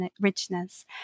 richness